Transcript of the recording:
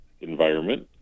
environment